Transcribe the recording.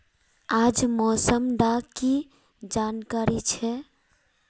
आज मौसम डा की जानकारी छै?